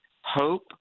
hope